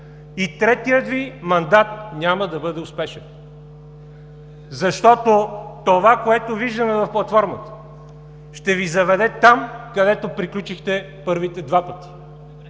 И третият Ви мандат няма да бъде успешен, защото това, което виждаме в платформата, ще Ви заведе там, където приключихте първите два пъти